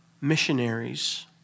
missionaries